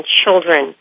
children